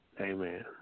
Amen